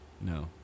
No